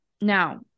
now